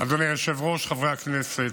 אדוני היושב-ראש, חברי הכנסת,